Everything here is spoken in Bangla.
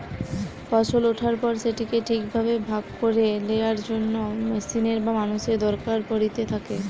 ফসল ওঠার পর সেটিকে ঠিক ভাবে ভাগ করে লেয়ার জন্য মেশিনের বা মানুষের দরকার পড়িতে থাকে